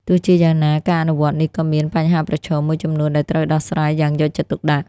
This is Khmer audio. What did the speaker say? ទោះជាយ៉ាងណា ការអនុវត្តនេះក៏មាន បញ្ហាប្រឈម មួយចំនួនដែលត្រូវដោះស្រាយយ៉ាងយកចិត្តទុកដាក់។